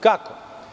Kako?